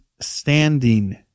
standing